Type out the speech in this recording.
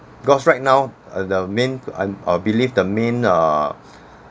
because right now uh the main and I believe the main err